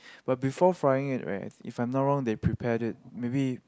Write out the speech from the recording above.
but before frying it right if I no wrong they prepare it maybe